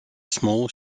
small